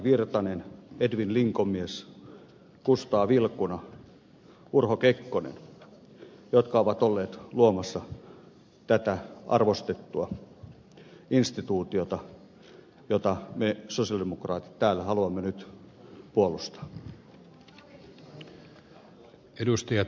virtanen edwin linkomies kustaa vilkuna ja urho kekkonen jotka ovat olleet luomassa tätä arvostettua instituutiota jota me sosialidemokraatit täällä haluamme nyt puolustaa